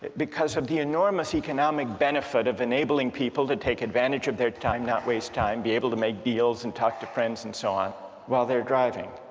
because of the enormous economic benefit of enabling people to take advantage of their time, not waste time, be able to make deals and talk to friends and so on while they're driving